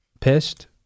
pissed